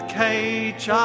cage